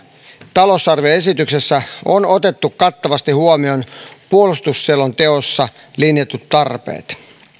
talousarvioesityksessä on otettu kattavasti huomioon puolustusselonteossa linjatut tarpeet